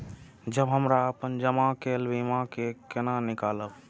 जब हमरा अपन जमा केल बीमा के केना निकालब?